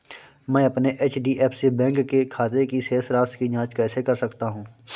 मैं अपने HDFC bank के खाते की शेष राशि की जाँच कैसे कर सकता हूँ?